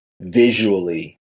visually